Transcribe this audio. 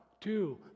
two